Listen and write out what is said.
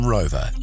Rover